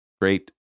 Great